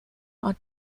are